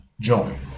join